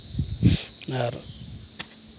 ᱟᱨ